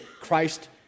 Christ